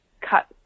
cut